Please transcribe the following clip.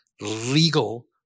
legal